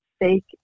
fake